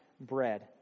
bread